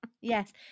Yes